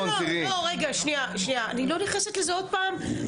אני לא נכנסת לזה עכשיו עוד פעם.